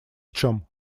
чем